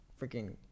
freaking